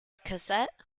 cassette